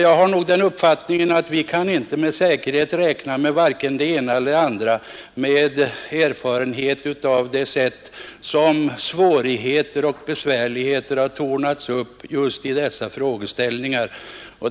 Jag har nog den uppfattningen att vi inte med säkerhet kan räkna med vare sig det ena eller det andra, med den erfarenhet jag har av hur svårigheter och besvärligheter har tornats upp i dessa frågeställningar.